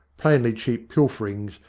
plainly cheap pilferings,